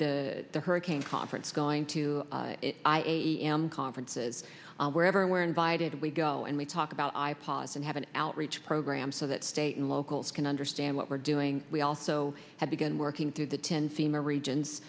to the hurricane conference going to i am conferences wherever we're invited we go and we talk about i pods and have an outreach program so that state and locals can understand what we're doing we also have been working through the ten seamer regions